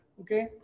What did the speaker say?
okay